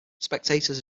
spectators